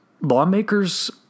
Lawmakers